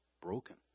broken